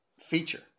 feature